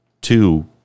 two